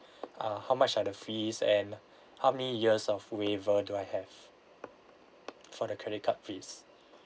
uh how much are the fees and how many years of waiver do I have for the credit card fees